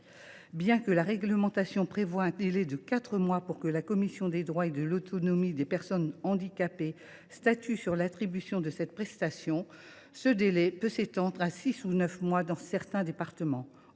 Bien que la réglementation prévoie un délai de quatre mois pour que la commission des droits et de l’autonomie des personnes handicapées statue sur l’attribution de cette prestation, ce délai peut atteindre six ou neuf mois dans certains départements.